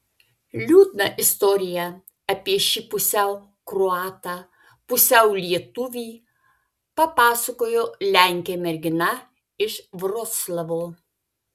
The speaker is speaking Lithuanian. liūdną istoriją apie šį pusiau kroatą pusiau lietuvį papasakojo lenkė mergina iš vroclavo